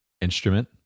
instrument